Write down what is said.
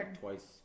twice